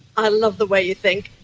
i love the way you think!